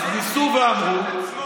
אז ניסו ואמרו, הוא קשר את עצמו.